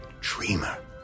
Dreamer